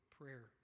prayer